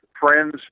friends